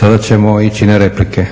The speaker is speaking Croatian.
Sada ćemo ići na replike.